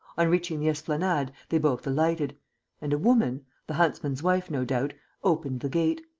on reaching the esplanade, they both alighted and a woman the huntsman's wife, no doubt opened the gate.